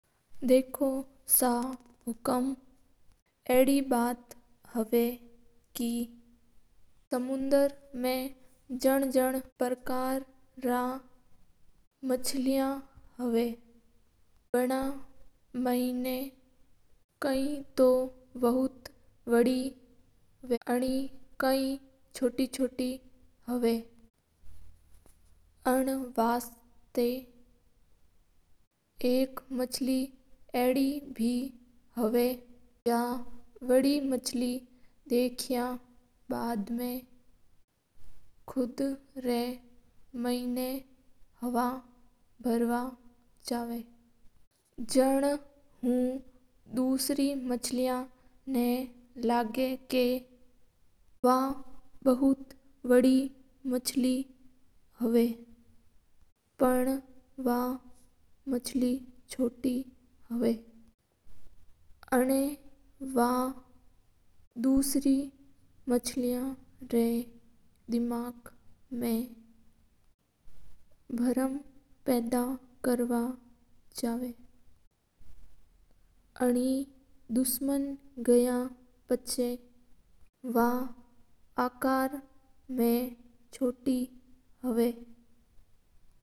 देखो सा हकम आड़ी बात हवी सौंटर म जण जण पारकर री मछेल्या हवी काई तो बौत बड़ी। और एक मछली आड़ी बे होवा जाकी बड़ी मछली ना डाक या पाछा कुड़ रा मैणा हवी बार ना चवा हा। जण दुसरी मछलिया ना लागा बा बड़ी मछली हवी पर बा बद नहीं होवा और एवी बा मछली ड्यूरिंग मछली रा दिमाग म ब्रम पाड़ा कर नो चवा हा।